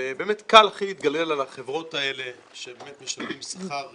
ובאמת קל להתגולל על החברות האלה שמשלמים שכר